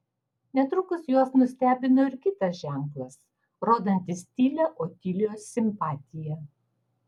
netrukus juos nustebino ir kitas ženklas rodantis tylią otilijos simpatiją